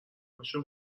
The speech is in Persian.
پاشو